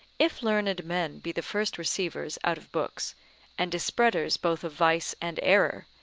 if learned men be the first receivers out of books and dispreaders both of vice and error,